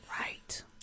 right